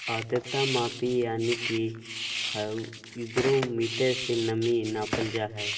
आद्रता मापी यानी कि हाइग्रोमीटर से नमी मापल जा हय